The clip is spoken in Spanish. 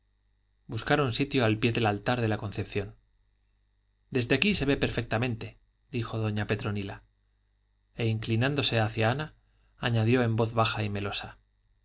lucas buscaron sitio al pie del altar de la concepción desde aquí se ve perfectamente dijo doña petronila e inclinándose hacia ana añadió en voz baja y melosa